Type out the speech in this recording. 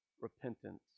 repentance